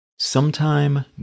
Sometime